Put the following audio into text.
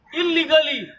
illegally